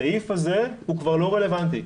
הסעיף הזה כבר לא רלוונטי,